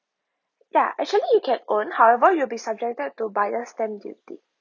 ya actually you can own however you'll be subjected to buy a stamp duty